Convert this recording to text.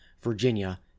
Virginia